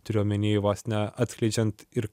turiu omeny vos ne atskleidžiant ir